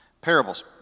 parables